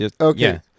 Okay